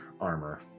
armor